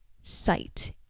sight